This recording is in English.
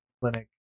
clinic